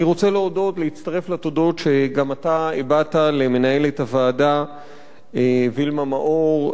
אני רוצה להצטרף לתודות שגם אתה הבעת למנהלת הוועדה וילמה מאור,